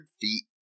feet